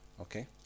Okay